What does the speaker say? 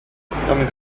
home